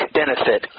benefit